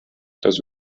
das